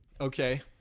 Okay